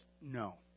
no